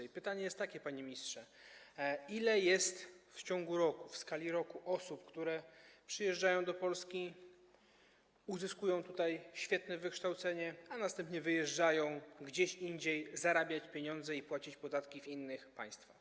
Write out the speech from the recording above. I pytanie jest takie, panie ministrze: Ile jest w ciągu roku, w skali roku osób, które przyjeżdżają do Polski, uzyskują tutaj świetne wykształcenie, a następnie wyjeżdżają gdzieś indziej zarabiać pieniądze i płacą podatki w innych państwach?